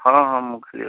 ହଁ ହଁ ମୁଁ ଫ୍ରି ଅଛି